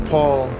Paul